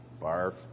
Barf